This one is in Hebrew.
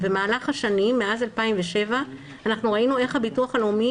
במהלך השנים מאז 2007 אנחנו ראינו איך הביטוח הלאומי